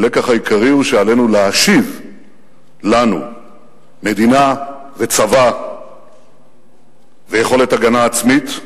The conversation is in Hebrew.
הלקח העיקרי הוא שעלינו להשיב לנו מדינה וצבא ויכולת הגנה עצמית.